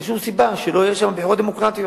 אין שום סיבה שלא יהיו שם בחירות דמוקרטיות.